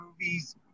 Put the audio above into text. movies